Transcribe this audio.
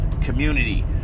community